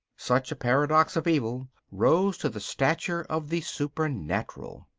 such a paradox of evil rose to the stature of the supernatural.